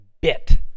bit